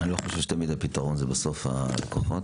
אני לא חושב שתמיד הפתרון זה בסוף ---,